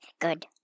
good